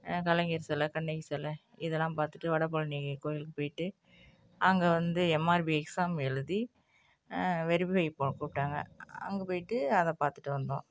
கலைஞர் சில கண்ணகி சில இது எல்லாம் பார்த்துட்டு வடபழனி கோயிலுக்கு போயிவிட்டு அங்கே வந்து எம்ஆர்பி எக்ஸாம் எழுதி வெரிஃபைவ் போக கூப்பிடாங்க அங்கே போயிவிட்டு அதைப் பார்த்துட்டு வந்தோம்